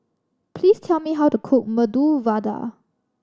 please tell me how to cook Medu Vada